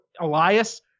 Elias